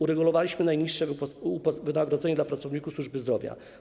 Uregulowaliśmy najniższe wynagrodzenia dla pracowników służby zdrowia.